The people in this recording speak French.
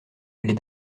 les